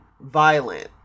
violent